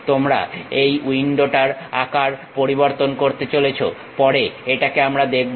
তোমরা এই উইন্ডোটার আকার পরিবর্তন করতে চাইছো পরে এটাকে আমরা দেখব